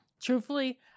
Truthfully